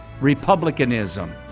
Republicanism